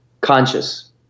conscious